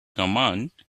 command